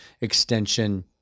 extension